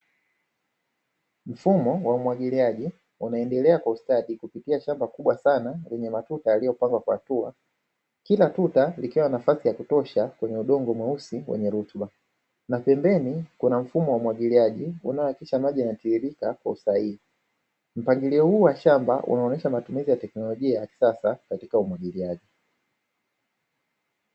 Mfumo wa umwagiliaji unaendelea kwa ustadi kupitia shamba kubwa sana lenye matuta yaliyopangwa kwa hatua kila tuta likiwa na nafasi ya kutosha kwenye udongo mweusi wenye rutuba na pembeni kuna mfumo wa umwagiliaji unao hakikisha maji yanatiririka kwa usahihi. Mpangilio huu wa shamba unaonyesha matumizi ya teknolojia ya kisasa katika umwagiliaji.